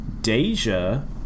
Deja